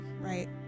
right